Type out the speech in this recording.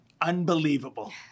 Unbelievable